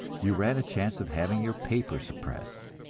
you ran a chance of having your paper suppressed.